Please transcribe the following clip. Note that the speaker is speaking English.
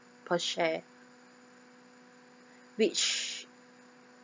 per share which